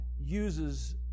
uses